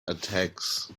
attacks